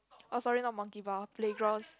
oh sorry not Monkey Bar playgrounds